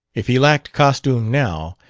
if he lacked costume now,